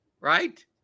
Right